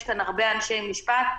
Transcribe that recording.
יש כאן הרבה אנשי משפט,